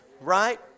right